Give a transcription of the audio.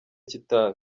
kitabi